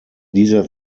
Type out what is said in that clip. dieser